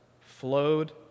flowed